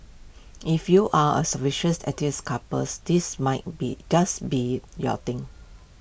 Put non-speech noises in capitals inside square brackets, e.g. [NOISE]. if you are A [UNINTELLIGIBLE] artsy couples this might be just be your thing